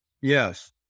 Yes